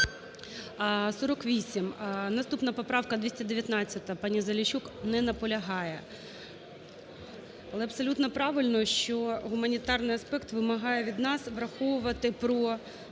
За-48 Наступна поправка 219. Пані Заліщук не наполягає. Але абсолютно правильно, що гуманітарний аспект вимагає від нас враховувати про